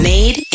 Made